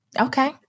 Okay